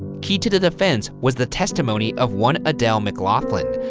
key to the defense was the testimony of one adelle mclaughlin,